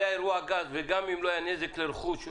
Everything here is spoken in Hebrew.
גז, וגם לא היה נזק לרכוש ונפש,